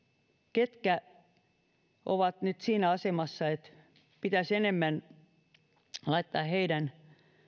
ketkä ovat nyt siinä asemassa että pitäisi enemmän laittaa heidän